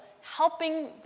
helping